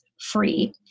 free